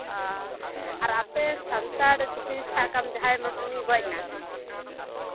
ᱚ ᱟᱨ ᱟᱯᱮ ᱥᱟᱱᱛᱟᱲ ᱡᱩᱫᱤ ᱥᱟᱵ ᱠᱟᱜ ᱢᱮ ᱡᱟᱦᱟᱸ ᱩᱱᱤᱭ ᱜᱚᱡ ᱱᱟ